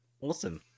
Awesome